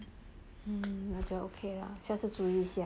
mm 那就 okay lah 下次注意一下